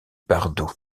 bardo